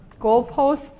goalposts